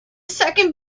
second